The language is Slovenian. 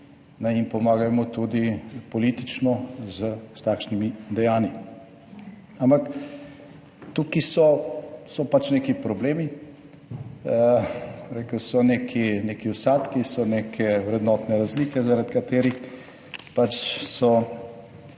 jim pomagajmo tudi politično s takšnimi dejanji. Ampak tukaj so pač neki problemi, bom rekel, so neki vsadki, so neke vrednotne razlike zaradi katerih pač so